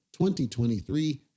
2023